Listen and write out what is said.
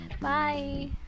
Bye